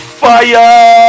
fire